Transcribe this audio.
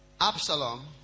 Absalom